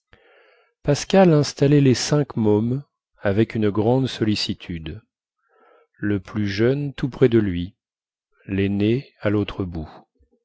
pascal installait les cinq mômes avec une grande sollicitude le plus jeune tout près de lui laîné à lautre bout